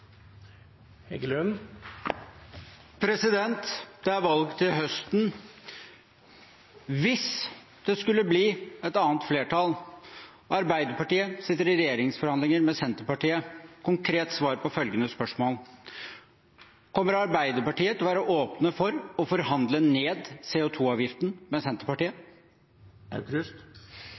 Arbeiderpartiet sitter i regjeringsforhandlinger med Senterpartiet, ønsker jeg konkret svar på følgende spørsmål: Kommer Arbeiderpartiet til å være åpen for å forhandle ned CO 2 -avgiften med Senterpartiet?